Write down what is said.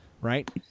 right